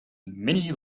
many